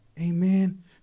Amen